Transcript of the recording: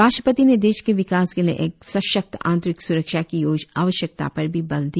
राष्ट्रपति ने देश के विकास के लिए एक सशक्त आतंरिक सुरक्षा की आवश्यकता पर भी बल दिया